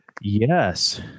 Yes